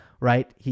Right